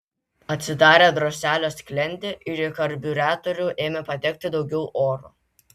atsidarė droselio sklendė ir į karbiuratorių ėmė patekti daugiau oro